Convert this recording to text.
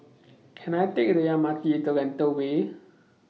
Can I Take The M R T to Lentor Way